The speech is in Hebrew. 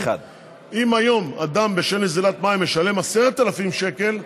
אם היום אדם משלם בשל נזילת מים 10,000 שקל,